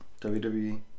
WWE